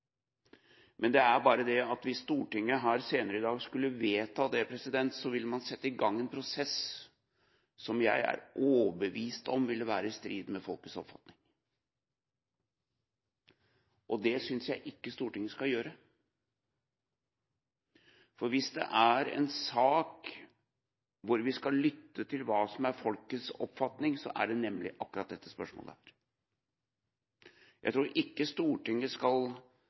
Men hvis Stortinget senere i dag skulle vedta det, ville man sette i gang en prosess som jeg er overbevist om ville være i strid med folkets oppfatning, og det synes jeg ikke Stortinget skal gjøre. For hvis det er en sak hvor vi skal lytte til hva som er folkets oppfatning, er det akkurat i dette spørsmålet. Jeg tror ikke Stortinget skal